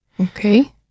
Okay